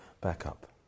backup